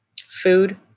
Food